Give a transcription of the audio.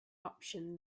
option